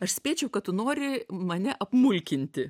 aš spėčiau kad tu nori mane apmulkinti